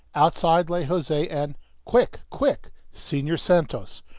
outside lie jose and quick! quick! senhor santos.